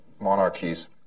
monarchies